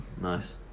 nice